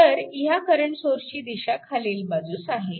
तर ह्या करंट सोर्सची दिशा खालील बाजूस आहे